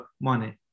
money